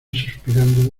suspirando